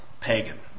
pagan